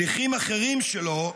שליחים אחרים שלו,